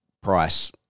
price